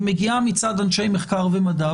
היא מגיעה מצד אנשי מחקר ומדע,